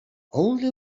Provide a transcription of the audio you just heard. only